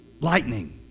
lightning